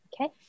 Okay